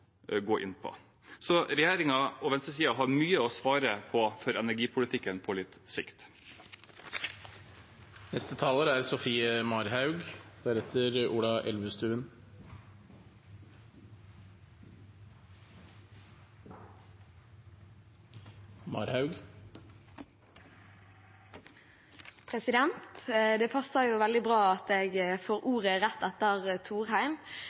gå inn på. Så regjeringen og venstresiden har mye å svare for i energipolitikken på litt sikt. Det passer veldig bra at jeg får ordet rett etter Thorheim, og det kan høres ut som at